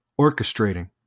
orchestrating